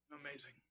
Amazing